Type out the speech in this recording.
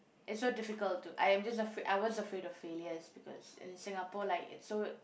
it's so difficult to I'm just afraid I was afraid of failures because in Singapore like it's so